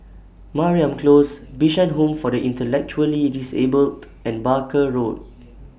Mariam Close Bishan Home For The Intellectually Disabled and Barker Road